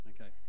okay